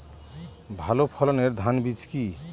ভালো ফলনের ধান বীজ কি?